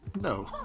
No